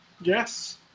Yes